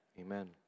Amen